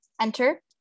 enter